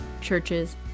churches